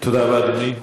תודה רבה, אדוני.